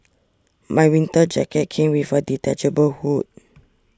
my winter jacket came with a detachable hood